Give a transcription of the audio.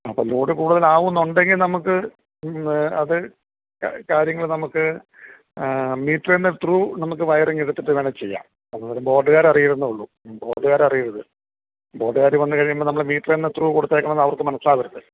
അപ്പം ലോഡ് കൂടുതൽ ആകുന്നുണ്ടെങ്കിൽ നമുക്ക് അത് കാര്യങ്ങൾ നമുക്ക് മീറ്ററിൻ്റെ ത്രൂ നമുക്ക് വയറിങ്ങെടുത്തിട്ട് കണക്ട് ചെയ്യാം അപ്പം അത് ബോർഡുകാർ അറിയരുതെന്നേ ഉള്ളു ബോർഡുകാർ അറിയരുത് ബോർഡുകാർ വന്ന് കഴിയുമ്പോൾ നമ്മൾ മീറ്ററിൽ നിന്ന് ത്രൂ കൊടുത്തേക്കുകയാണെന്ന് അവർക്കു മനസിലാകരുത്